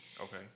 Okay